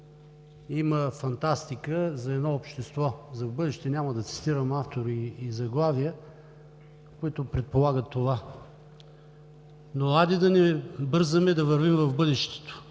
Има фантастика за едно общество, за в бъдеще, няма да цитирам автори и заглавия, която предполага това. Но хайде да не бързаме да вървим в бъдещето.